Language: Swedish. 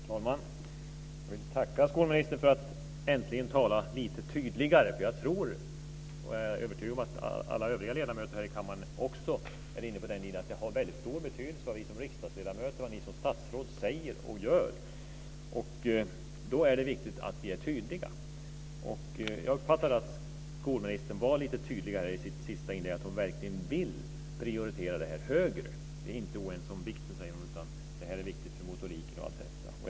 Fru talman! Jag vill tacka skolministern för att hon äntligen talar lite tydligare. Jag är övertygad om att alla övriga ledamöter här i kammaren också är inne på den linjen att det har väldigt stor betydelse vad vi som riksdagsledamöter och ni som statsråd säger och gör. Då är det viktigt att vi är tydliga. Jag uppfattade att skolministern var lite tydligare i sitt senaste inlägg, att hon verkligen vill prioritera detta högre. Vi är inte oense om vikten, säger hon, utan det här är viktigt för motoriken osv.